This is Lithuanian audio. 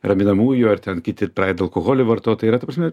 raminamųjų ar ten kiti pradeda alkoholį vartot tai yra ta prasme